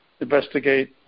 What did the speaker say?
investigate